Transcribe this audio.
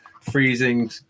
freezing